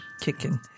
kicking